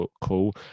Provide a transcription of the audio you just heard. cool